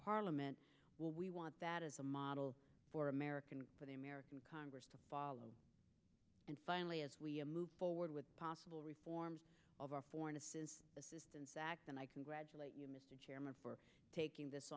parliament well we want that as a model for american for the american congress to follow and finally as we move forward with possible reforms of our foreign assistance act and i congratulate you mr chairman for taking this